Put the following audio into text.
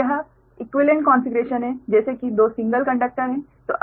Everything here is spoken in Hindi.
तो यह इक्वीवेलेंट कॉन्फ़िगरेशन है जैसे कि दो सिंगल कंडक्टर है